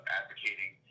advocating